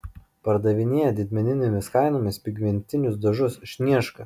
pardavinėja didmeninėmis kainomis pigmentinius dažus sniežka